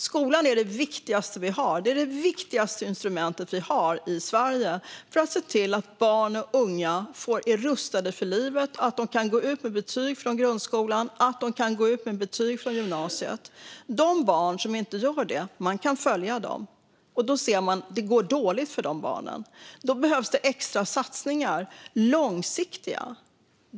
Skolan är det viktigaste instrumentet vi har i Sverige för att se till att barn och unga är rustade för livet och att de kan gå ut med betyg från grundskolan och gymnasiet. De barn som inte gör det kan man följa, och då ser man att det går dåligt för dem. Därför behövs extra satsningar som är långsiktiga.